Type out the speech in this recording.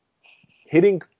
Hitting